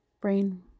brain